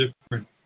different